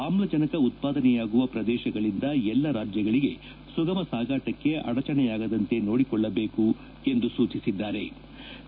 ಆಮ್ಲಜನಕ ಉತ್ವಾದನೆಯಾಗುವ ಪ್ರದೇಶಗಳಿಂದ ಎಲ್ಲ ರಾಜ್ಲಗಳಿಗೆ ಸುಗಮ ಸಾಗಾಟಕ್ಕೆ ಅಡಚಣೆಯಾಗದಂತೆ ನೋಡಿಕೊಳ್ಲಬೇಕು ಎಂದು ಸೂಚಿಸಿದ್ಗಾರೆ